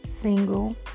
single